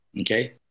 okay